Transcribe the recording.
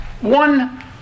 one